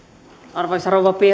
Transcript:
arvoisa rouva